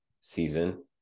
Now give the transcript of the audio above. season